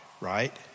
right